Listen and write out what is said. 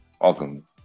Welcome